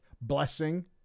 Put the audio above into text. Blessing